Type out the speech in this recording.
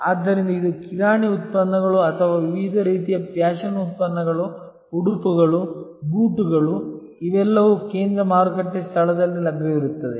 ಆದ್ದರಿಂದ ಇದು ಕಿರಾಣಿ ಉತ್ಪನ್ನಗಳು ಅಥವಾ ವಿವಿಧ ರೀತಿಯ ಫ್ಯಾಷನ್ ಉತ್ಪನ್ನಗಳು ಉಡುಪುಗಳು ಬೂಟುಗಳು ಇವೆಲ್ಲವೂ ಕೇಂದ್ರ ಮಾರುಕಟ್ಟೆ ಸ್ಥಳದಲ್ಲಿ ಲಭ್ಯವಿರುತ್ತವೆ